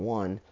one